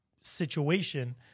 situation